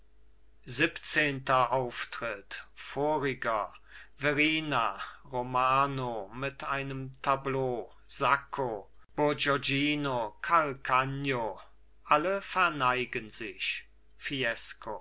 siebzehnter auftritt voriger verrina romano mit einem tableau sacco bourgognino calcagno alle verneigen sich fiesco